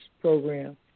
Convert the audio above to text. Program